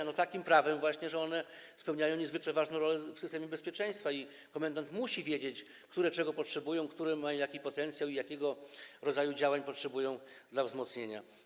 Właśnie takim prawem, że one spełniają niezwykle ważną rolę w systemie bezpieczeństwa i komendant musi wiedzieć, które czego potrzebują, które mają jaki potencjał i jakiego rodzaju działań potrzebują dla wzmocnienia.